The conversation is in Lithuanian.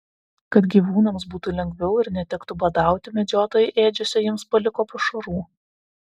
kad gyvūnams būtų lengviau ir netektų badauti medžiotojai ėdžiose jiems paliko pašarų